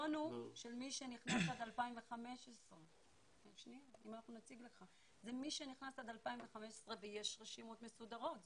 הקריטריון הוא של מי שנכנס עד 2015 ויש רשימות מסודרות.